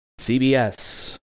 CBS